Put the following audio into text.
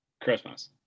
Christmas